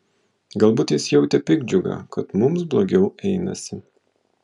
galbūt jis jautė piktdžiugą kad mums blogiau einasi